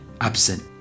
absent